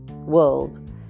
World